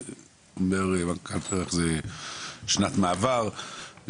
שנת מעבר,